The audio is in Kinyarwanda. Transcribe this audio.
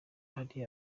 hari